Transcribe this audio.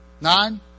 Nine